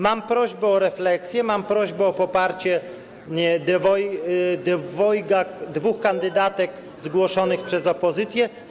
Mam prośbę o refleksję, mam prośbę o poparcie dwóch kandydatek zgłoszonych przez opozycję.